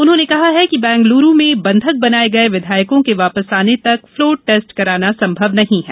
उन्होंने कहा है कि बेंगलुरू में बंधक बनाये गये विधायकों के वापस आने तक फ़लोर टेस्ट कराना संभव नहीं है